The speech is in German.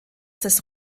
des